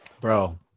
Bro